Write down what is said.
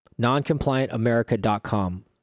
noncompliantamerica.com